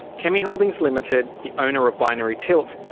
chemmi holdings limited, the owner of binary tilt,